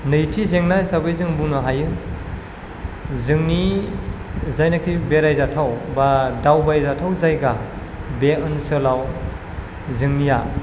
नैथि जेंना हिसाबै जों बुंनो हायो जोंनि जायनाखि बेरायजाथाव बा दावबायजाथाव जायगा बे ओनसोलाव जोंनिया